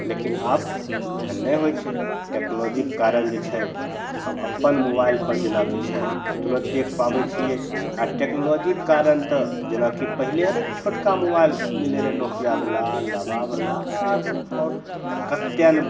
लेकिन आब एहन नहि होइ छै टेक्नोलॉजीके कारण जे छै हम अपन मोबाइलपर जेनाकि छै तुरन्त देखि पाबै छिए आओर टेक्नोलॉजीके कारण तऽ जेनाकि पहिले रहै छोटका मोबाइल मिलै रहै नोकियावला लावावला आओर आओर कतेक ने